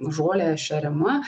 žole šeriama